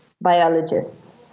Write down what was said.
biologists